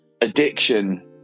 addiction